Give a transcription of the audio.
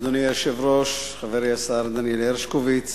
אדוני היושב-ראש, חברי השר דניאל הרשקוביץ,